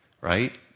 right